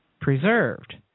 preserved